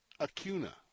Acuna